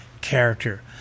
character